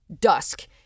dusk